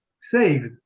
saved